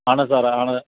ആണ് സാറേ ആണ്